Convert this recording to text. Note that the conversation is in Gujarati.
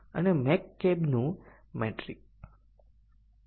હવે આપણે પ્રથમ આવશ્યકતા જોઈએ